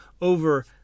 over